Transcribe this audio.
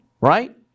right